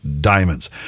diamonds